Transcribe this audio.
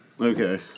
Okay